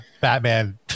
Batman